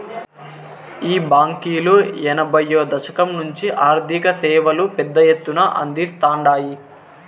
ఈ బాంకీలు ఎనభైయ్యో దశకం నుంచే ఆర్థిక సేవలు పెద్ద ఎత్తున అందిస్తాండాయి